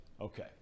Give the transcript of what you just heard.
Okay